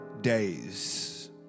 days